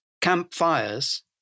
campfires